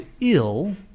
ill